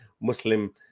muslim